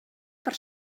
per